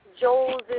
Joel's